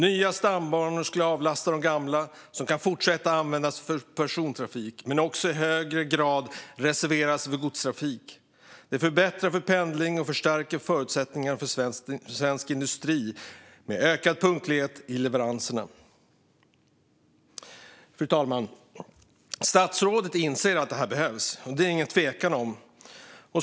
Nya stambanor skulle avlasta de gamla, som kan fortsätta användas för persontrafik, men också i högre grad reserveras för godstrafik. Det förbättrar för pendling och stärker förutsättningarna för svensk industri med ökad punktlighet av leveranser." Fru talman! Statsrådet inser att detta behövs - det är det ingen tvekan om.